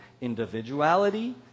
individuality